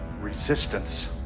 Resistance